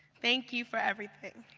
thank you for everything.